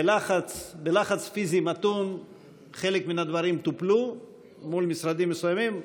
בלחץ פיזי מתון חלק מן הדברים טופלו מול משרדים מסוימים.